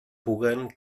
puguen